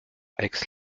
aix